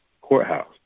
courthouse